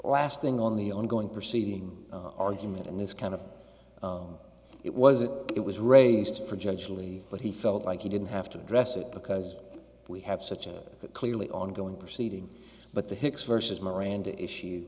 last thing on the ongoing proceeding argument in this kind of it was a it was raised for judge lee but he felt like he didn't have to address it because we have such a clearly ongoing proceeding but the hicks versus miranda issue